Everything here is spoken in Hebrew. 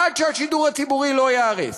עד שהשידור הציבורי לא ייהרס.